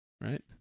Right